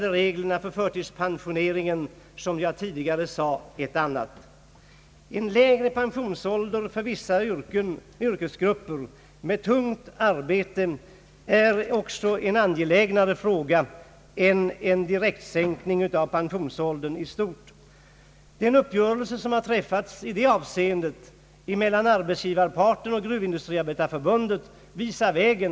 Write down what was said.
En lägre pensionsålder för vissa yrkesgrupper med tungt arbete är en mera angelägen sak än en allmän sänkning av pensionsåldern. En uppgörelse som träffats i det avseendet mellan arbetsgivarparten och Gruvindustriarbetareförbundet visar vägen.